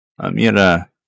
Amira